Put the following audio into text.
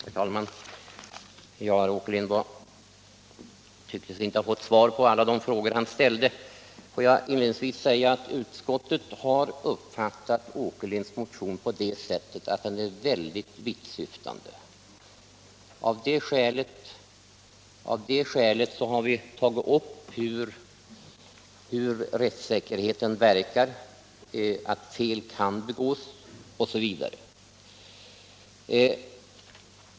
Herr talman! Herr Åkerlind tyckte sig inte ha fått svar på alla de frågor han ställde. Inledningsvis vill jag erinra om att utskottet har uppfattat herr Åkerlinds motion som väldigt vittsyftande. Av det skälet har vi talat om hur rättssäkerheten verkar, påpekat att fel kan begås osv.